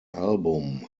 album